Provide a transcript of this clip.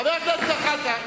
חבר הכנסת זחאלקה,